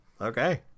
Okay